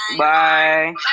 Bye